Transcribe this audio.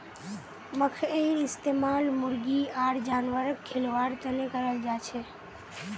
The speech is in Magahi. मखईर इस्तमाल मुर्गी आर जानवरक खिलव्वार तने कराल जाछेक